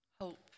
hope